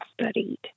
studied